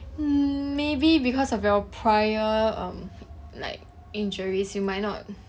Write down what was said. hmm maybe because of your prior um like injuries you might not